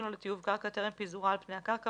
או לטיוב קרקע טרם פיזורה על פני הקרקע,